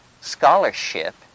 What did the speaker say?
scholarship